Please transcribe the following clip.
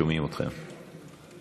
שומעים אתכם עד כאן.